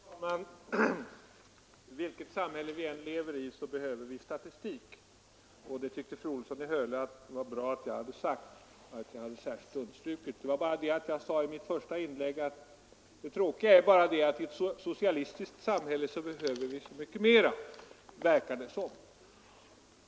Fru talman! Vilket samhälle vi än lever i behöver vi statistik — fru Olsson i Hölö tyckte att det var bra att jag särskilt hade understrukit det. Det var bara det att jag i mitt första inlägg också sade att det tråkiga är att det verkar som om vi i ett socialistiskt samhälle behöver så mycket mera statistik.